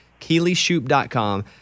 KeelyShoop.com